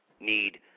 need